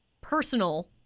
personal